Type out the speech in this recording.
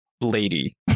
lady